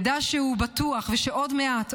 ידע שהוא בטוח ושעוד מעט,